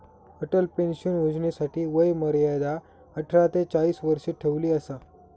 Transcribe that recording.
Atal pension योजनेसाठी वय मर्यादा अठरा ते चाळीस वर्ष ठेवली असा